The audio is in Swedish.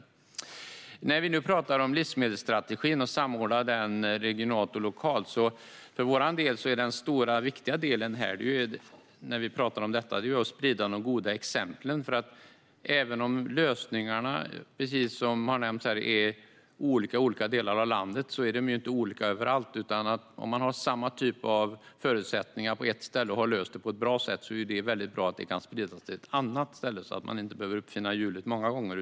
Livsmedelsstrategin har tagits upp tidigare liksom hur vi ska samordna den regionalt och lokalt. Det stora och viktiga för vår del är att sprida goda exempel. För även om lösningarna är olika i olika delar av landet är de inte olika överallt. Om man har samma slags förutsättningar på ett ställe och har löst allt på ett bra sätt är det bra om det kan spridas till ett annat ställe. Man behöver inte uppfinna hjulet många gånger.